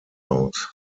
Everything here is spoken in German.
aus